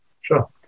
Sure